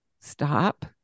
Stop